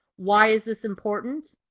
why is this important?